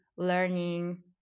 learning